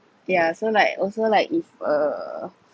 yeah so like also like if uh